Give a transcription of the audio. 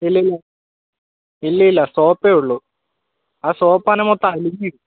ഇല്ല ഇല്ല ഇല്ലയില്ല സോപ്പെയുള്ളൂ ആ സോപ്പാണെങ്കിൽ മൊത്തം അലിഞ്ഞ്